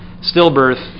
stillbirth